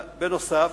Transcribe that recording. בנוסף,